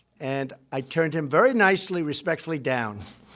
and i turned him very nicely, respectfully down.